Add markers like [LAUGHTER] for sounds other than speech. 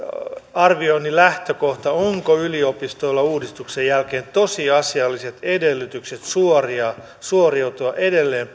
arvioinnin lähtökohta onko yliopistoilla uudistuksen jälkeen tosiasialliset edellytykset suoriutua suoriutua edelleen [UNINTELLIGIBLE]